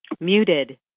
Muted